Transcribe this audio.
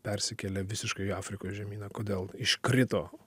persikelia visiškai į afrikos žemyną kodėl iškrito